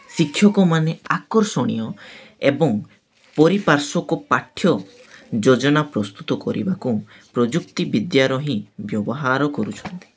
ଶିକ୍ଷକମାନେ ଆକର୍ଷଣୀୟ ଏବଂ ପରିପାର୍ଶ୍ୱକୁ ପାଠ୍ୟ ଯୋଜନା ପ୍ରସ୍ତୁତ କରିବାକୁ ପ୍ରଯୁକ୍ତିବିଦ୍ୟାର ହିଁ ବ୍ୟବହାର କରୁଛନ୍ତି